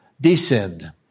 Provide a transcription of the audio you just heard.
descend